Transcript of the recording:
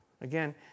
Again